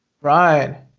Right